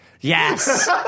Yes